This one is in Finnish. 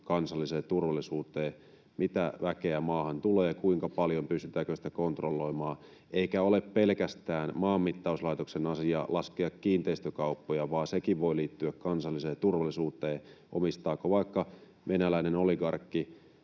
kansalliseen turvallisuuteen, mitä väkeä maahan tulee, kuinka paljon, pystytäänkö sitä kontrolloimaan. Eikä ole pelkästään Maanmittauslaitoksen asia laskea kiinteistökauppoja, vaan sekin voi liittyä kansalliseen turvallisuuteen, omistaako vaikka venäläinen oligarkki